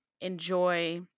enjoy